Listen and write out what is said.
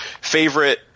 favorite